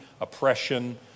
oppression